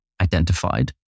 identified